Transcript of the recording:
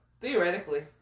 Theoretically